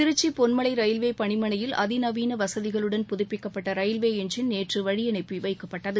Trichy Ponmalai railway பனிமனையில் அதிநவீன வசதிகளுடன் புதப்பிக்கப்பட்ட ரயில்வே இன்ஜின் நேற்று வழியனுப்பி வைக்கப்பட்டது